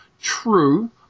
True